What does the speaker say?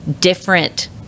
different